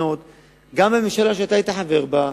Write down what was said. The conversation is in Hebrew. גם בממשלה שאתה היית חבר בה,